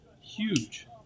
Huge